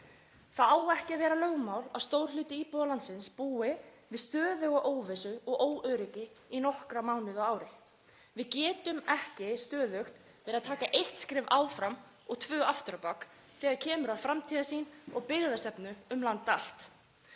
Það á ekki að vera lögmál að stór hluti íbúa landsins búi við stöðuga óvissu og óöryggi í nokkra mánuði á ári. Við getum ekki stöðugt verið að taka eitt skref áfram og tvö aftur á bak þegar kemur að framtíðarsýn og byggðastefnu um land allt.